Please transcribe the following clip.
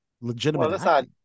legitimate